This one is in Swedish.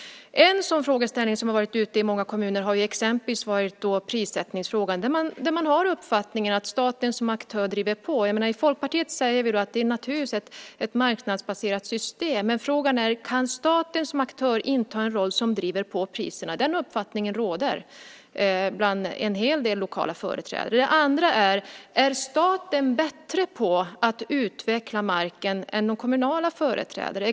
En sådan frågeställning som har varit uppe i många kommuner är exempelvis prissättningsfrågan, där man har uppfattningen att staten som aktör driver på. I Folkpartiet säger vi då att det naturligtvis är ett marknadsbaserat system, men frågan är: Kan staten som aktör inta en roll som driver på priserna? Den uppfattningen råder bland en hel del lokala företrädare. Det andra är: Är staten bättre på att utveckla marken än de kommunala företrädarna?